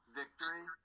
victory